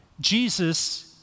Jesus